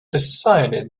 decided